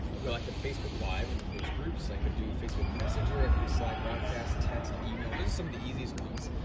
where like at facebook live into those groups. i could do facebook messenger, i could do slybroadcast text, email. this is some of the easiest ones.